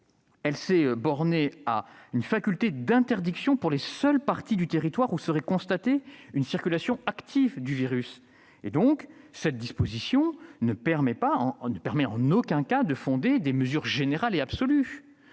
Elle s'en est tenue à une faculté d'interdiction pour les seules parties du territoire où serait constatée une circulation active du virus. Cette disposition ne permettrait en aucun cas de fonder des mesures générales et absolues